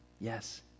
Yes